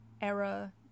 era